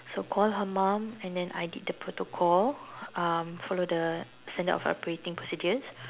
so call her mum and then I did the protocol um follow the standard of operating procedures